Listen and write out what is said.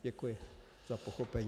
Děkuji za pochopení.